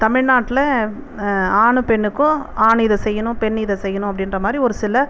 தமிழ்நாட்டில் ஆணும் பெண்ணுக்கும் ஆண் இதை செய்யணும் பெண் இதை செய்யணும் அப்படின்ற மாதிரி ஒரு சில